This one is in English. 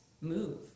move